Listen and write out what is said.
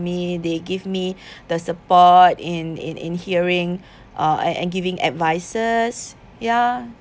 me they give me the support in in in hearing uh and giving advices ya